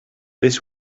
this